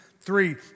three